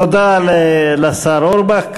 תודה לשר אורבך.